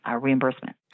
reimbursement